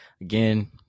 again